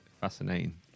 fascinating